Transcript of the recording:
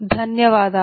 ధన్యవాదాలు